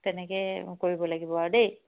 তেনেকে কৰিব লাগিব আৰু দেই